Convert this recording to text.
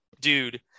dude